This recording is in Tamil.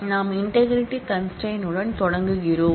நாம் இன்டெக்ரிடி கன்ஸ்ட்ரெயின் உடன் தொடங்குகிறோம்